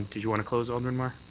did you want to close, alderman mar?